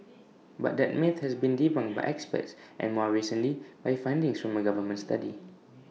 but that myth has been debunked by experts and more recently by findings from A government study